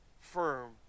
firm